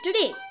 today